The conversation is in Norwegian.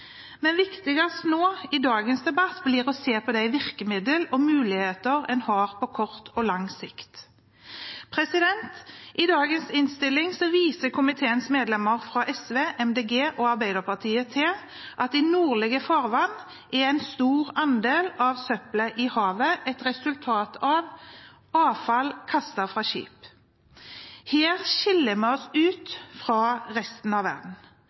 Men det viktigste nå i dagens debatt blir å se på de virkemidler og muligheter en har på kort og lang sikt. I dagens innstilling viser komiteens medlemmer fra SV, MDG og Arbeiderpartiet til at en stor andel av søppelet i nordlige farvann er avfall kastet fra skip. Her skiller vi oss ut fra resten av verden.